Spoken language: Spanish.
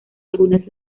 algunas